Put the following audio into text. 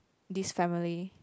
this family